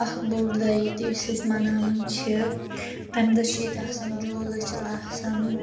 اکھ بۆڑ دۄہ ییٚتہِ یُس أسی مناوان چھِ تمہِ دۄہ چھِ ییٚتہِ آسان جوٗلہٕ چھِ آسان